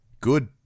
Good